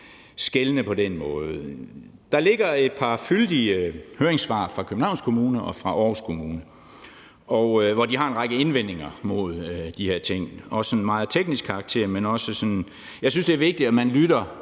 skelne på den måde. Der ligger et par fyldige høringssvar fra Københavns Kommune og fra Aarhus Kommune, hvor de har en række indvendinger mod de her ting; og det er meget af sådan teknisk karakter. Jeg synes, det er vigtigt, at man lytter